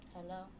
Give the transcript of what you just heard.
Hello